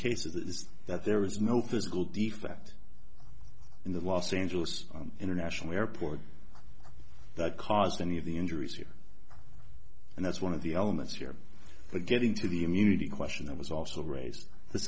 case is that there was no physical defect in the los angeles international airport that caused any of the injuries here and that's one of the elements here to get into the immunity question that was also raised this